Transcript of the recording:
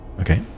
Okay